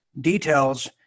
details